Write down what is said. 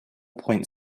point